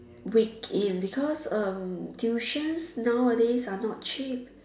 weak in because um tuitions nowadays are not cheap